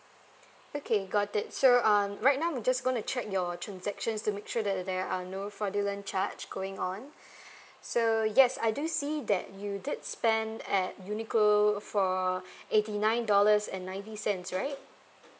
okay got it so um right now I'm just going to check your transactions to make sure that there are no fraudulent charge going on so yes I do see that you did spend at uniqlo for eighty nine dollars and ninety cents right